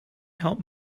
help